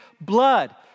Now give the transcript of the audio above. blood